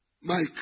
Mike